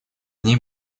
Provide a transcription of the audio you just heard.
ней